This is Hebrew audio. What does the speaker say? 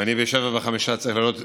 ואני ב-19:05 צריך להיות,